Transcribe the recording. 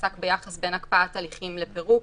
שעסק ביחס בין הקפאת הליכים לפירוק.